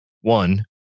One